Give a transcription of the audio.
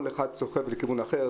כל אחד סוחב לכיוון אחר.